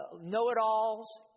know-it-alls